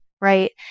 right